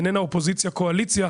איננה אופוזיציה קואליציה,